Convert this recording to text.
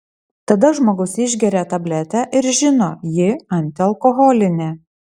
tada žmogus išgeria tabletę ir žino ji antialkoholinė